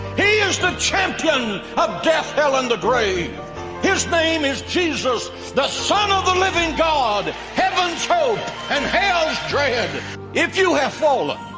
he is the champion of death hell and the grave his name is jesus the son of the living god heaven's hope and hell's dread if if you have fallen